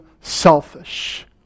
selfish